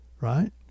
right